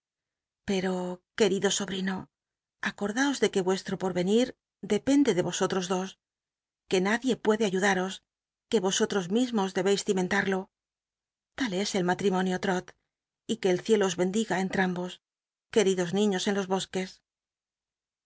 l'cro querido sobrino aco daos de que vuestro porvenir depende de rosotros dos iiic nadie puede ayudaros c uc rosotros mismo dcbeis cimentado l'al es el mall'imonio trol y que el ciclo os bendiga ü entrambos queridos niños en los bosques